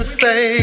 say